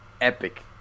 epic